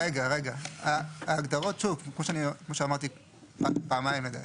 ההגדרות, שוב, כמו שאמרתי פעמיים לדעתי,